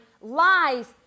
lies